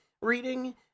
reading